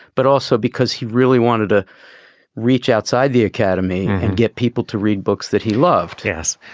but also because he really wanted to reach outside the academy and get people to read books that he loved yes,